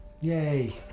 Yay